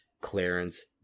Clarence